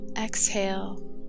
exhale